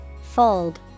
Fold